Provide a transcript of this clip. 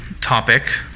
topic